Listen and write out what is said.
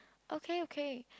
okay okay